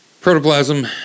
Protoplasm